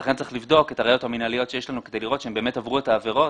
צריך לבדוק את הראיות המינהליות שיש לנו כדי לראות שהם עברו את העבירות.